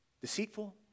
Deceitful